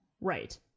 Right